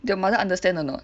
your mother understand anot